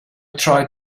tried